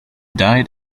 died